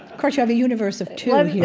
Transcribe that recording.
course, you have a universe of two here,